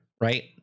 Right